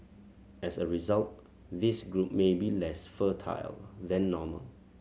as a result this group may be less fertile than normal